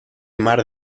mar